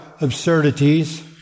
absurdities